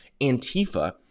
Antifa